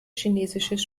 chinesisches